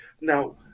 Now